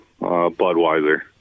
Budweiser